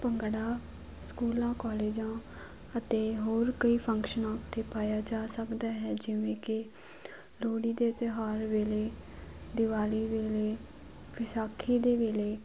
ਭੰਗੜਾ ਸਕੂਲਾਂ ਕਾਲਜਾਂ ਅਤੇ ਹੋਰ ਕਈ ਫੰਕਸ਼ਨਾਂ ਉੱਤੇ ਪਾਇਆ ਜਾ ਸਕਦਾ ਹੈ ਜਿਵੇਂ ਕਿ ਲੋਹੜੀ ਦੇ ਤਿਉਹਾਰ ਵੇਲੇ ਦੀਵਾਲੀ ਵੇਲੇ ਵਿਸਾਖੀ ਦੇ ਵੇਲੇ